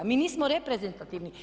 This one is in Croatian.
Mi nismo reprezentativni.